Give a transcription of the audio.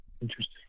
Interesting